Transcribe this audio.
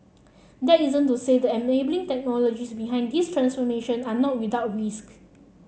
that isn't to say the enabling technologies behind this transformation are not without risk